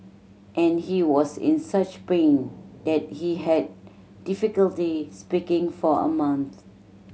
and he was in such pain that he had difficulty speaking for a month